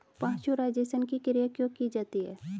Pasteurisation की क्रिया क्यों की जाती है?